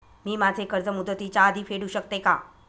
मी माझे कर्ज मुदतीच्या आधी फेडू शकते का?